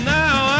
now